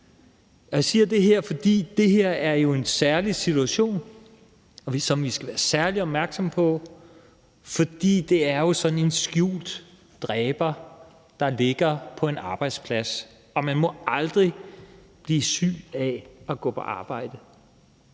Jeg siger det, fordi det her jo er en særlig situation, som vi skal være særlig opmærksomme på. For det er jo sådan en skjult dræber, der ligger på en arbejdsplads. Og man må aldrig blive syg af at gå på arbejde.